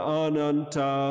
ananta